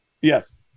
Yes